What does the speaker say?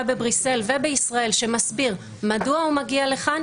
בבריסל ובישראל שמסביר מדוע הוא מגיע לכאן,